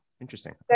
interesting